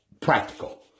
practical